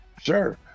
sure